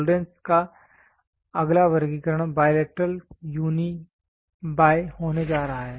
tolerance का अगला वर्गीकरण बायलेटरल यूनी बाय होने जा रहा है